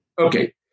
Okay